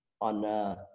on